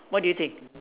what do you think